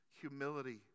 humility